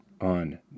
on